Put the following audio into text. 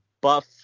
buff